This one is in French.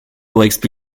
pourraient